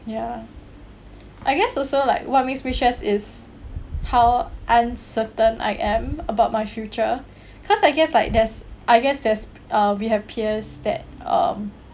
ya I guess also like what makes me stress is how uncertain I am about my future cause I guess like there's I guess there's uh we have peers that um